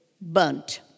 burnt